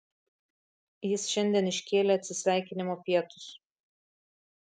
jis šiandien iškėlė atsisveikinimo pietus